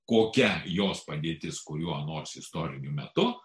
kokia jos padėtis kuriuo nors istoriniu metu